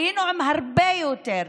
היינו עם הרבה יותר.